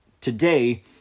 today